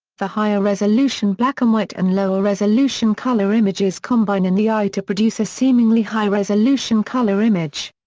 the higher resolution black-and-white and lower resolution color images combine in the eye to produce a seemingly high-resolution color image.